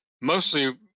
Mostly